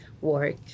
work